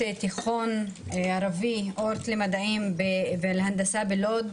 שמנהלת תיכון ערבי "אורט" למדעים ולהנדסה בלוד,